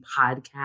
podcast